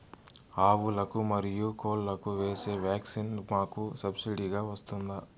ఆవులకు, మరియు కోళ్లకు వేసే వ్యాక్సిన్ మాకు సబ్సిడి గా వస్తుందా?